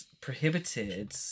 prohibited